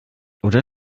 oder